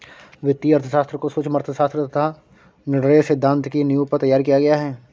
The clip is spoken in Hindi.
वित्तीय अर्थशास्त्र को सूक्ष्म अर्थशास्त्र तथा निर्णय सिद्धांत की नींव पर तैयार किया गया है